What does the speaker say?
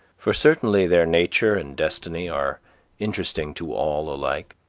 for certainly their nature and destiny are interesting to all alike.